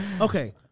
Okay